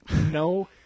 No